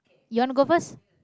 you wanna go first